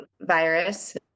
virus